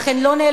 אך הן לא נעלמות,